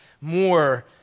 more